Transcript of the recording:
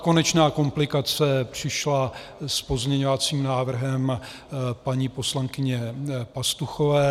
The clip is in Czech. Konečná komplikace přišla s pozměňovacím návrhem paní poslankyně Pastuchové.